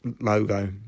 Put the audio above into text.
logo